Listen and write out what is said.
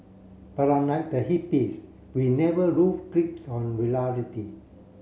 but unlike the hippies we never lose grips on reality